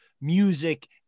music